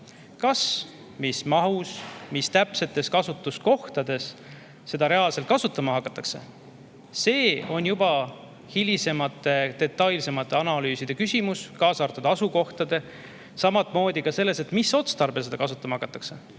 Kas, mis mahus, mis täpsetes kasutuskohtades seda reaalselt kasutama hakatakse, on juba hilisemate detailsemate analüüside küsimus, kaasa arvatud asukohad. Samamoodi ka see, mis otstarbel seda kasutama hakatakse,